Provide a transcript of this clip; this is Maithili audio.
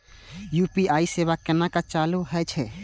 यू.पी.आई सेवा केना चालू है छै?